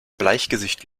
bleichgesicht